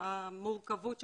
המורכבות שבדברים.